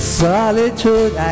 solitude